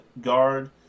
guard